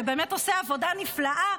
שבאמת עושה עבודה נפלאה,